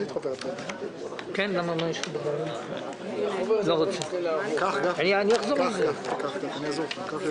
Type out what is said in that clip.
אני מרגישה חוסר נוחות כשאני קוראת את הכותרות